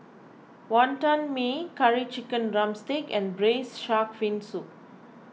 Wonton Mee Curry Chicken Drumstick and Braised Shark Fin Soup